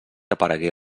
aparegué